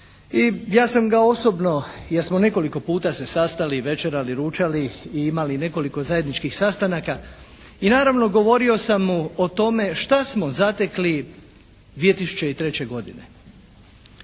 ja sam ga osobno, jer smo nekoliko puta se sastali, večerali, ručali i imali nekoliko zajedničkih sastanaka i naravno, govorio sam o tome šta smo zatekli 2003. godine.